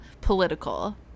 political